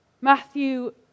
Matthew